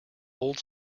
old